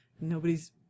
Nobody's